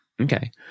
Okay